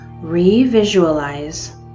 re-visualize